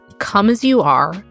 come-as-you-are